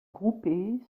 groupées